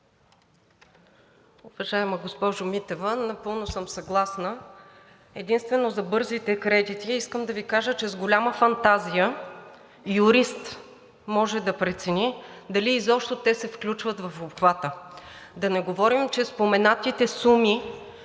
Уважаема госпожо Митева, напълно съм съгласна. Единствено за бързите кредити искам да Ви кажа, че юрист с голяма фантазия може да прецени дали изобщо те се включват в обхвата. Да не говорим, че споменатите суми